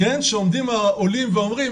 שעומדים העולים ואומרים,